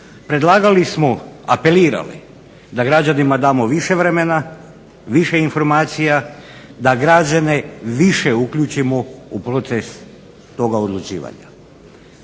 Predlagali smo, apelirali, da građanima damo više vremena, više informacija, da građane više uključimo u proces toga odlučivanja.